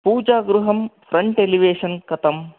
पूजागृहं front elevation कथम्